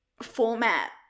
format